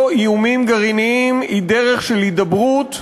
איומים גרעיניים היא דרך של הידברות,